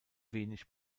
wenig